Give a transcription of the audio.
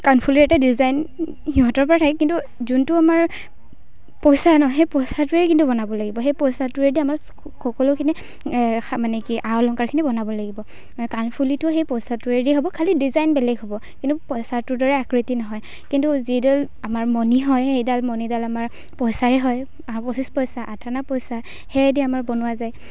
কাণফুলিৰ এটা ডিজাইন সিহঁতৰ বাৰু থাকে কিন্তু যোনটো আমাৰ পইচা ন' সেই পইচাটোৰেই কিন্তু বনাব লাগিব সেই পইচাটোৰেদি আমাৰ সকলোখিনি মানে কি আ অলংকাৰখিনি বনাব লাগিব কাণফুলিটো সেই পইচাটোৰেদি হ'ব খালি ডিজাইন বেলেগ হ'ব কিন্তু পইচাটোৰ দ্বাৰাই আকৃতি নহয় কিন্তু যিডাল আমাৰ মণি হয় সেইডাল মণিডাল আমাৰ পইচাৰে হয় আমাৰ পঁচিছ পইচা আঠ অনা পইচা সেয়াদি আমাৰ বনোৱা যায়